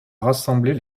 rassembler